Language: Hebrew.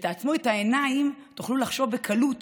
כשתעצמו את העיניים תוכלו לחשוב בקלות